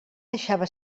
deixava